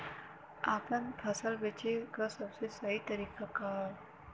आपन फसल बेचे क सबसे सही तरीका का ह?